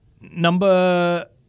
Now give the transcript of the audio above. number